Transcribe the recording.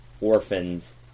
orphans